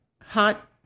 hot